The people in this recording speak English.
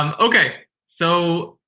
um okay. so,